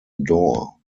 door